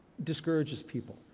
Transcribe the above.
discourages people.